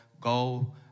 go